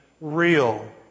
real